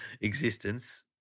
existence